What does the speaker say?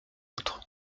autre